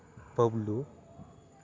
ᱵᱟᱹᱵᱽᱞᱩ